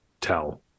tell